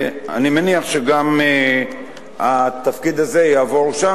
אני מניח שגם התפקיד הזה יעבור שם